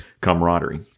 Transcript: camaraderie